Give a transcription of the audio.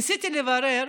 ניסיתי לברר,